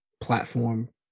platform